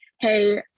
Hey